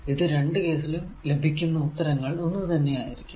ഈ രണ്ടു കേസിലും ലഭിക്കുന്ന ഉത്തരങ്ങൾ ഒന്ന് തന്നെ ആയിരിക്കും